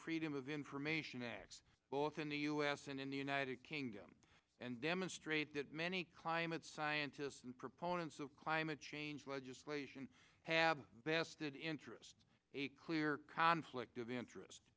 freedom of information act both in the us and in the united kingdom and demonstrate that many climate scientists and proponents of climate change legislation have bested interest a clear conflict of interest